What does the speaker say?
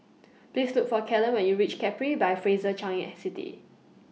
Please Look For Kellen when YOU REACH Capri By Fraser Changi City